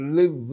live